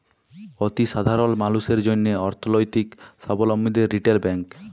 অতি সাধারল মালুসের জ্যনহে অথ্থলৈতিক সাবলম্বীদের রিটেল ব্যাংক